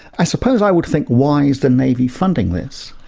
i suppose i would think, why is the navy funding this?